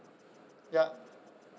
ya